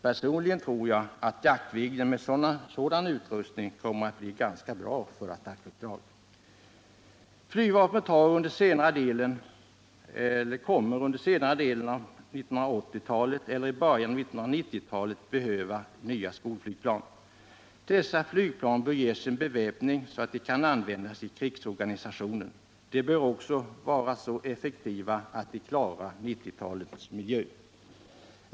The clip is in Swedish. Personligen tror jag att Jaktviggen med en sådan utrustning kommer att bli ganska bra för attackuppdrag. Flygvapnet kommer under senare delen av 1980-talet eller i början av 1990-talet att behöva nya skolflygplan. Dessa flygplan bör ges en sådan beväpning att de kan användas i krigsorganisationen. De bör också vara så effektiva att de klarar 1990-talets miljö.